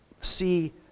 see